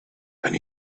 and